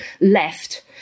left